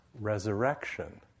resurrection